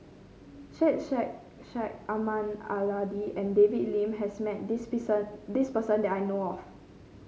Syed Sheikh Syed Ahmad Al Hadi and David Lim has met this this person that I know of